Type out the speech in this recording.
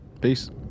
Peace